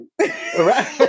right